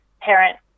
parent